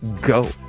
go